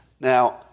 Now